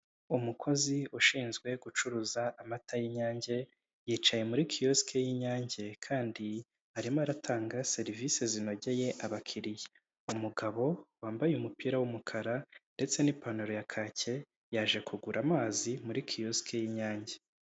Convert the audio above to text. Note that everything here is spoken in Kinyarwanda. Umukozi ushinzwe gucuruza amata y'inyange, yicaye muri kiyosiki y'inyange kandi arimo aratanga serivisi zinogeye abakiriya. Umugabo wambaye umupira w'umukara ndetse n'ipantaro ya kake yaje kugura amazi muri kiyosiki y'inyange.